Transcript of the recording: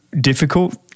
difficult